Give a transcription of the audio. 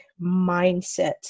mindset